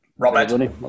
Robert